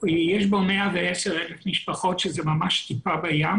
יש בו 110,000 משפחות שזה ממש טיפה בים